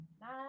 Nine